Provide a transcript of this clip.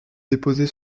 déposée